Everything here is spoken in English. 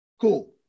cool